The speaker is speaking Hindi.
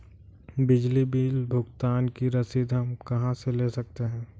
बिजली बिल भुगतान की रसीद हम कहां से ले सकते हैं?